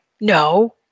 No